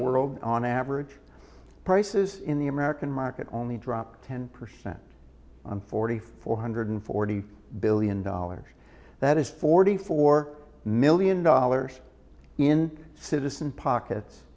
world on average prices in the american market only drop ten percent on forty four hundred forty billion dollars that is forty four million dollars in citizen pockets